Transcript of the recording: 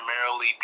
primarily